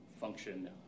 function